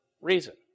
reason